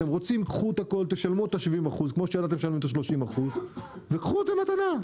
תקנו את ה- 70% כמו שידעתם לשלם את ה- 30% וקחו את זה מתנה,